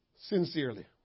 Sincerely